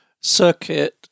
circuit